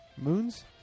moons